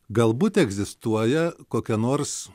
galbūt egzistuoja kokia nors